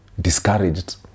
discouraged